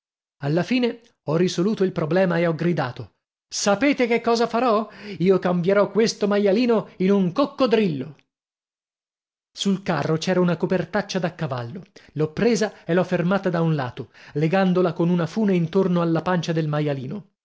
alla fine ho risoluto il problema e ho gridato sapete che cosa farò io cambierò questo maialino in un coccodrillo sul carro c'era una copertaccia da cavallo l'ho presa e l'ho fermata da un lato legandola con una fune intorno alla pancia del maialino